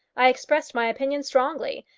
i expressed my opinion strongly,